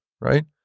right